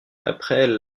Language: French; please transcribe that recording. après